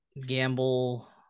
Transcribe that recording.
gamble